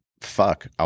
Fuck